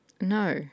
No